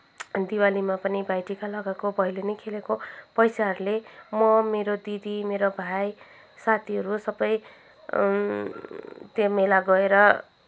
दिवालीमा पनि भाइटिका लगाएको भैलेनी खेलेको पैसाहरूले म मेरो दिदी मेरो भाइ साथीहरू सबै त्यहाँ मेला गएर